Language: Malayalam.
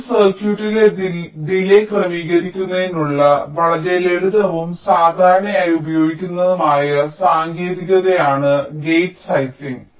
ഒരു സർക്യൂട്ടിലെ ഡിലേയ് ക്രമീകരിക്കുന്നതിനുള്ള വളരെ ലളിതവും സാധാരണയായി ഉപയോഗിക്കുന്നതുമായ സാങ്കേതികതയാണ് ഗേറ്റ് സൈസിംഗ്